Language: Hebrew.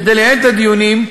כדי לייעל את הדיונים,